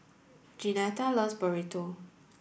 Jeanetta loves Burrito